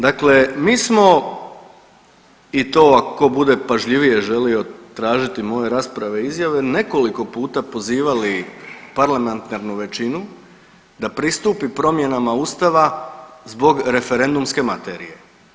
Dakle, mi smo i to ako tko bude pažljivije želio tražiti moje rasprave i izjave nekoliko puta pozivali parlamentarnu većinu da pristupi promjenama Ustava zbog referendumske materije.